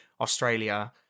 Australia